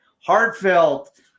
heartfelt